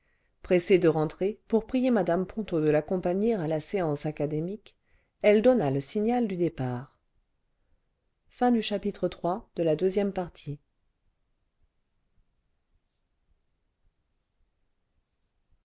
pressée de rentrer pour prier mme ponto de l'accompagner à la séance académique elle donna le signal du départ